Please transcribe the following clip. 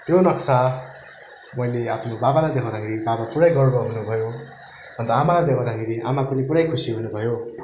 त्यो नक्सा मैले आफ्नो बाबालाई देखाउँदाखेरि बाबा पूरै गर्व हुनु भयो अन्त आमालाई देखाउँदाखेरि आमा पनि पूरै खुसी हुनु भयो